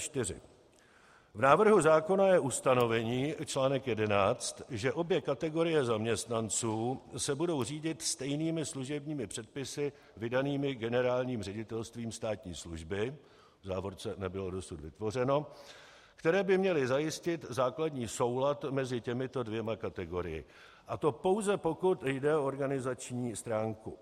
1.4 V návrhu zákona je ustanovení článek 11 , že obě kategorie zaměstnanců se budou řídit stejnými služebními předpisy vydanými Generálním ředitelstvím státní služby nebylo dosud vytvořeno , které by měly zajistit základní soulad mezi těmito dvěma kategoriemi, a to pouze pokud jde o organizační stránku.